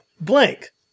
Blank